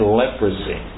leprosy